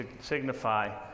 signify